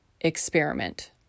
experiment